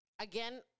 again